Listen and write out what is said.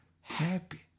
happy